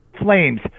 flames